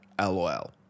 LOL